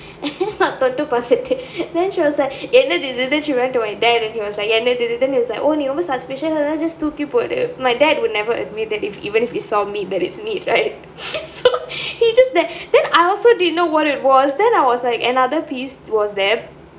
மட்டும் பாத்துட்டு:mattum paathuttu then she was like என்னது இது:ennathu ithu then she went to my dad and he was like என்னது இது:ennathu ithu then he was like such விஷயங்களை எல்லாம் தூக்கி போடு:vishayangalai ellaam thooki podu my dad would never admit that even if he saw meat that it's meat right so he's just there then I also didn't know what it was then I was like another piece was there